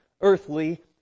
earthly